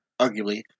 arguably